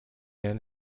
inn